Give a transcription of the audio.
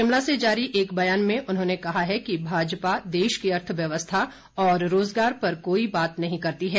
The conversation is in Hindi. शिमला से जारी एक ब्यान में उन्होंने कहा है कि भाजपा देश की अर्थव्यवस्था और रोजगार पर कोई बात नहीं करती है